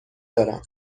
دارم